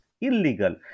illegal